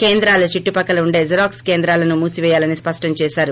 కేంద్రాల చుట్టు పక్కల ఉండే జెరాక్స్ కేంద్రాలను మూసివేయాలని స్పష్టం చేశారు